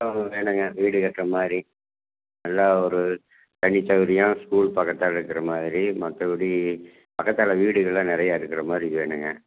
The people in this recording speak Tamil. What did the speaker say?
இடம் ஒன்று வேணுங்க வீடு கட்டுற மாதிரி நல்லா ஒரு தண்ணி சவுகரியம் ஸ்கூல் பக்கத்தால் இருக்கிற மாதிரி மற்றபடி பக்கத்தில் வீடு கீடெல்லாம் நிறையா இருக்கிற மாதிரி வேணுங்க